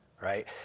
right